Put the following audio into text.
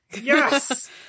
Yes